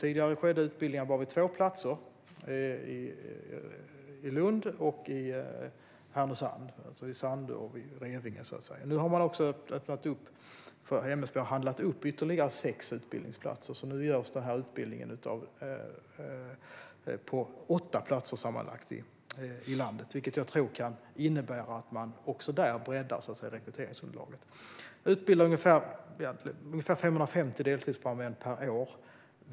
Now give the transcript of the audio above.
Tidigare skedde utbildningar bara vid två platser, i Lund och i Härnösand, det vill säga Sandö och Revinge. Nu har MSB handlat upp ytterligare sex utbildningsplatser, så nu ges utbildningen på sammanlagt åtta platser i landet, vilket jag tror kan innebära att man också där breddar rekryteringsunderlaget. Vi utbildar ungefär 550 deltidsbrandmän per år.